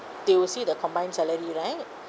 they will see the combined salary right